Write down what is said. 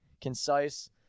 concise